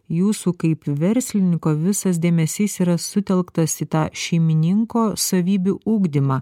jūsų kaip verslininko visas dėmesys yra sutelktas į tą šeimininko savybių ugdymą